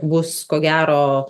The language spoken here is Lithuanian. bus ko gero